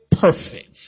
perfect